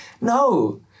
No